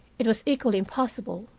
it was equally impossible,